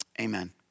amen